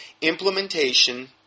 implementation